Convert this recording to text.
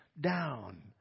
down